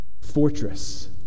fortress